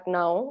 now